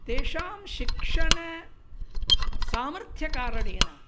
तेषां शिक्षणसामर्थ्यकारणेन